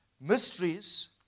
mysteries